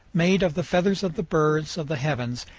made of the feathers of the birds of the heavens,